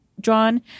drawn